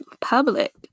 public